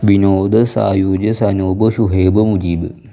Vinod Sayooj Sanoop Shuhaib Mujeeb